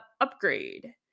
upgrade